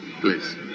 please